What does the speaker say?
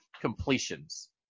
completions